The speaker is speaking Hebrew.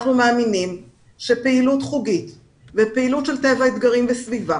אנחנו מאמינים שפעילות חוגית ופעילות של טבע אתגרים וסביבה,